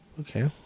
okay